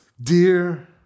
dear